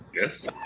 Yes